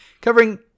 covering